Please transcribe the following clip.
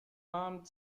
armed